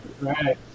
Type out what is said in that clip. Right